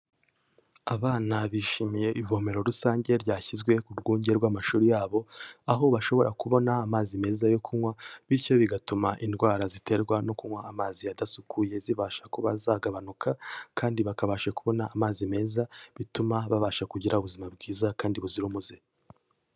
Abana bishimiye ivomero rusange ryashyizwe ku rwunge rw'amashuri yabo, aho bashobora kubona amazi meza yo kunywa bityo bigatuma indwara ziterwa no kunywa amazi adasukuye zibasha kuba azagabanuka kandi bakabasha kubona amazi meza, bituma babasha kugira ubuzima bwiza kandi buzira umuze.